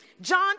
John